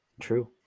true